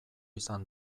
izan